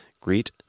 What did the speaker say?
Greet